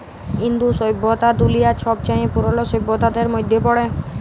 ইন্দু সইভ্যতা দুলিয়ার ছবচাঁয়ে পুরল সইভ্যতাদের মইধ্যে পড়ে